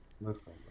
Listen